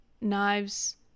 Knives